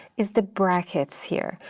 is the brackets here.